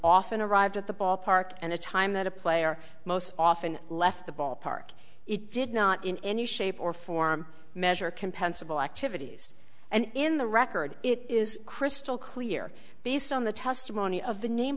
often arrived at the ballpark and the time that a player most often left the ballpark it did not in any shape or form measure compensable activities and in the record it is crystal clear based on the testimony of the name